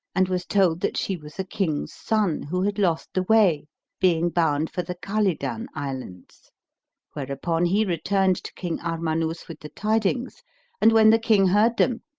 and was told that she was a king's son who had lost the way being bound for the khalidan islands whereupon he returned to king armanus with the tidings and, when the king heard them,